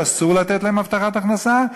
שאסור לתת להם הבטחת הכנסה,